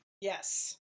yes